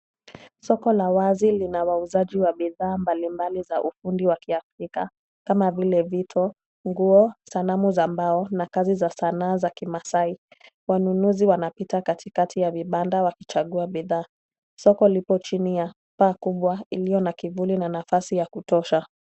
Soko la wazi lina wauzaji wa bidhaa mbalimbali za ufundi wa kiafrika, kama vile vito, nguo, sanamu za mbao na kazi za sanaa za kimaasai .Wanunuzi wanapita katikati ya vibanda wakichagua bidhaa, soko liko chini ya paa kubwa iliyo na kivuli na nafasi ya kutosha.